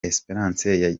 esperance